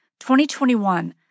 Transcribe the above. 2021